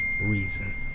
reason